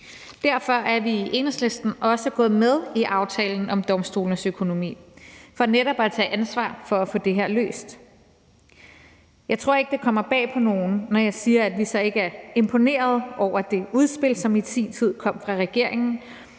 Derfor er vi i Enhedslisten også gået med i aftalen om domstolenes økonomi for netop at tage ansvar for at få det her løst. Jeg tror ikke, det kommer bag på nogen, når jeg siger at vi så ikke er imponerede over det udspil, som i sin tid kom fra regeringen,